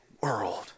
world